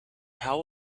how